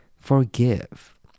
Forgive